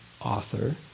author